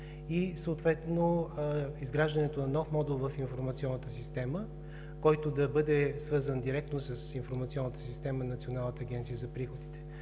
и съответно изграждането на нов модул в информационната система, който да бъде свързан директно с информационната система в Националната агенция за приходите.